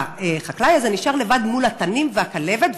החקלאי הזה נשאר לבד מול התנים והכלבת.